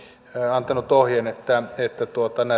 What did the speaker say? antanut ohjeen että että